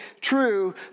true